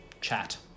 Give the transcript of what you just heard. Chat